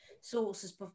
sources